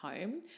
home